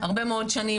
הרבה מאוד שנים,